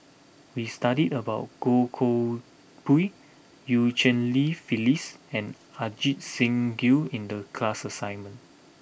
we studied about Goh Koh Pui Eu Cheng Li Phyllis and Ajit Singh Gill in the class assignment